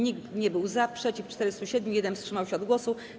Nikt nie był za, przeciw - 407, 1 wstrzymał się od głosu.